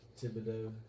Thibodeau